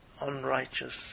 unrighteous